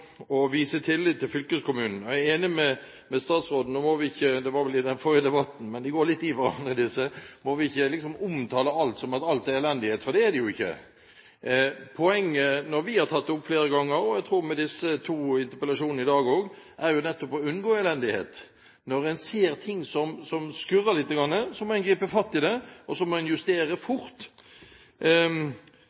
vise tillit til fylkeskommunene: Jeg er enig med statsråden i at – det var vel i den forrige debatten, de går litt inn i hverandre – vi ikke må omtale det som om alt er elendighet, for det er det jo ikke! Poenget med at vi har tatt opp dette flere ganger – og jeg tror det samme gjelder disse to interpellasjonene i dag – er jo nettopp å unngå elendighet. Når en ser ting som skurrer lite grann, så må en gripe fatt i det, og så må en justere fort.